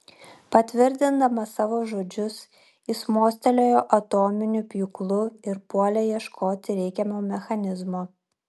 patvirtindamas savo žodžius jis mostelėjo atominiu pjūklu ir puolė ieškoti reikiamo mechanizmo